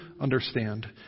understand